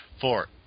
four